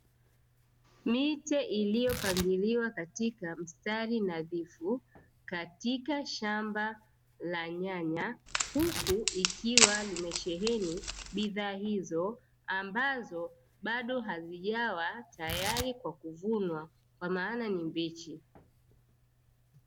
Miche iliyopangiliwa katika mstari nadhifu katika shamba la nyanya, huku ikiwa limesheheni bidhaa hizo ambazo bado hazijawa tayari kwa kuvunwa kwa maana ni mbichi.